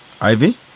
Ivy